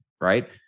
right